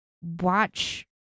watch